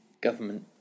government